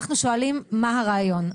אנחנו שואלים מה הרעיון,